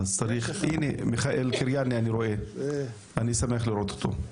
אני רואה את מיכאיל קרייני, אני שמח לראות אותו.